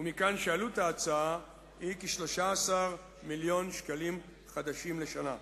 ומכאן שעלות ההצעה היא כ-13 מיליון שקלים חדשים לשנה.